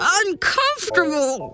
uncomfortable